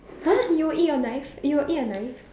!huh! you will eat your knife you will eat a knife